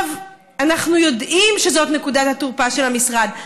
אנחנו יודעים שזאת נקודת התורפה של המשרד,